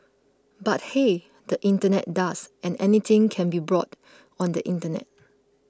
but hey the internet does and anything can be brought on the internet